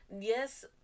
yes